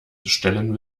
stellen